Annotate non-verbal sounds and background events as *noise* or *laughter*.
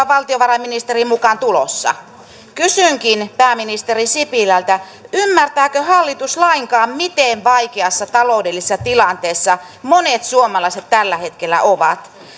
*unintelligible* valtiovarainministerin mukaan tulossa kysynkin pääministeri sipilältä ymmärtääkö hallitus lainkaan miten vaikeassa taloudellisessa tilanteessa monet suomalaiset tällä hetkellä ovat